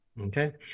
Okay